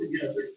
together